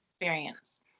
experience